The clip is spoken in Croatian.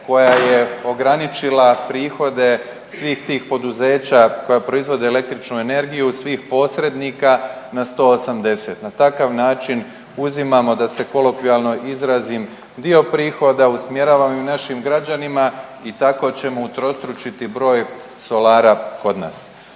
koja je ograničila prihode svih tih poduzeća koja proizvode električnu energiju, svih posrednika na 180. Na takav način uzimamo da se kolokvijalno izrazim dio prihoda, usmjeravamo ih našim građanima i tako ćemo utrostručiti broj solara kod nas.